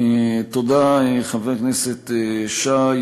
תודה, חבר הכנסת שי.